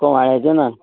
कुवाळ्याचे ना